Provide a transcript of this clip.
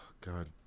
God